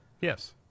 Yes